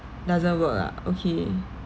doesn't work lah okay